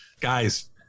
guys